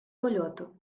польоту